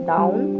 Down